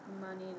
money